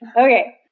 Okay